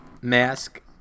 mask